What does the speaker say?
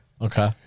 Okay